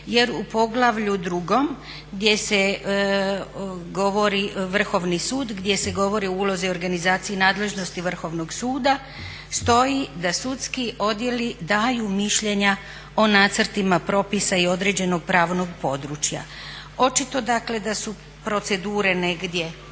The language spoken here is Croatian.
jer u poglavlju drugom gdje se govori Vrhovni sud, gdje se govori o ulozi, organizaciji i nadležnosti Vrhovnog suda stoji da sudski odjeli daju mišljenja o nacrtima propisa i određenog pravnog područja. Očito dakle da su procedure negdje